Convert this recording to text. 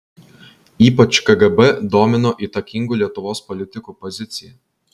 ypač kgb domino įtakingų lietuvos politikų pozicija